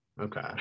Okay